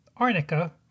arnica